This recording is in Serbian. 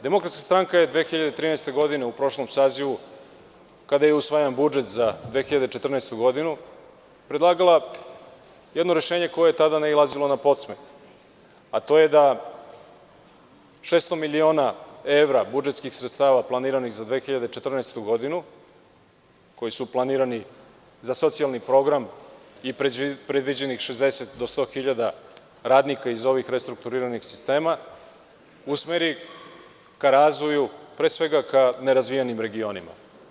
Demokratska stranka je 2013. godine, u prošlom sazivu, kada je usvajan budžet za 2014. godinu, predlagala jedno rešenje koje je tada nailazilo na podsmeh, a to je da 600 miliona evra budžetskih sredstava planiranih za 2014. godinu, koji su planirani za socijalni program i predviđenih 60.000 do 100.000 radnika tih restrukturiranih sistema, usmeri ka razvoju nerazvijenih regiona.